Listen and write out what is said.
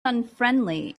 unfriendly